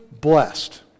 blessed